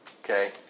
Okay